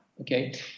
Okay